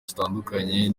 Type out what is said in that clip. zitandukanye